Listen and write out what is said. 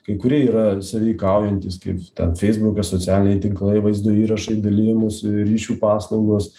kai kurie yra sąveikaujantys kaip ten feisbukas socialiniai tinklai vaizdo įrašai dalijimos ryšių paslaugos